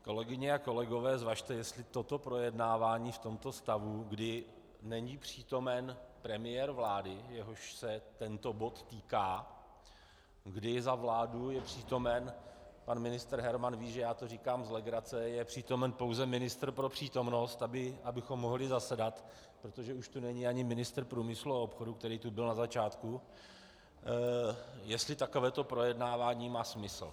Kolegyně a kolegové, zvažte, jestli toto projednávání v tomto stavu, kdy není přítomen premiér vlády, jehož se tento bod týká, kdy za vládu je přítomen pan ministr Herman ví, že to říkám z legrace je přítomen pouze ministr pro přítomnost, abychom mohli zasedat, protože už tu není ani ministr průmyslu a obchodu, který tu byl na začátku, jestli takovéto projednávání má smysl.